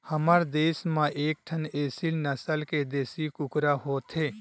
हमर देस म एकठन एसील नसल के देसी कुकरा होथे